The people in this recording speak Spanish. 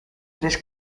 tres